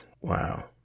Wow